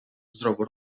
zdrowo